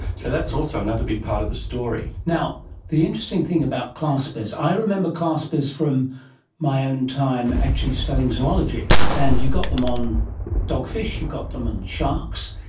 so that's also another big part of the story. the interesting thing about claspers, i remember claspers from my own time actually studying zoology, and you've got them on dogfish, you've got them on sharks.